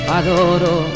adoro